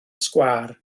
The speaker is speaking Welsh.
sgwâr